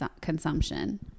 consumption